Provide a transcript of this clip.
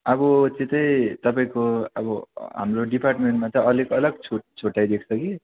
अब त्यो चाहिँ तपाईँको अब हाम्रो डिपार्टमेन्टमा चाहिँ अलग अलग छुट् छुट्याई दिएको छ कि